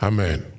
Amen